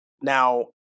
Now